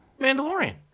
Mandalorian